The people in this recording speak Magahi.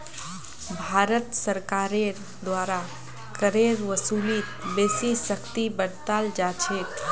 भारत सरकारेर द्वारा करेर वसूलीत बेसी सख्ती बरताल जा छेक